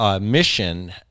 mission